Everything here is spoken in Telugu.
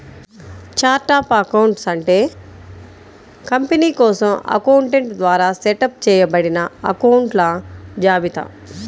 ఛార్ట్ ఆఫ్ అకౌంట్స్ అంటే కంపెనీ కోసం అకౌంటెంట్ ద్వారా సెటప్ చేయబడిన అకొంట్ల జాబితా